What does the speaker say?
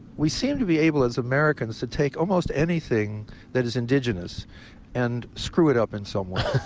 we seem to be able as americans to take almost anything that is indigenous and screw it up in some.